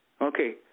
Okay